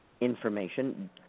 information